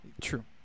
True